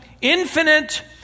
infinite